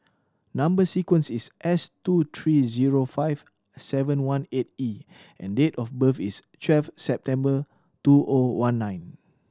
number sequence is S two three zero five seven one eight E and date of birth is twelve September two O one nine